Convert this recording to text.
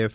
F